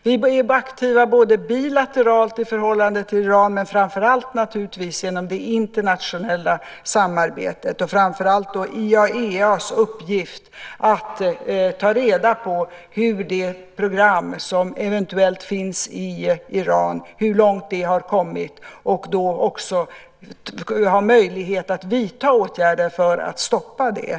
Vi är aktiva både bilateralt i förhållande till Iran och, naturligtvis, framför allt genom det internationella samarbetet. Framför allt gäller det IAEA:s uppgift att ta reda på hur långt det program har kommit som eventuellt finns i Iran och att då också ha möjlighet att vidta åtgärder för att stoppa det.